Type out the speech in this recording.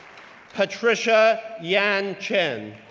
patricia yan chen,